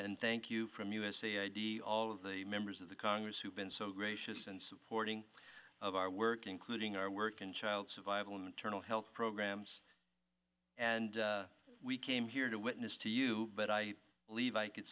and thank you from usa id all of the members of the congress who've been so gracious and supporting of our work including our work in child survival maternal health programs and we came here to witness to you but i believe i could